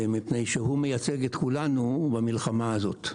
הוא מייצג את כולנו במלחמה הזאת.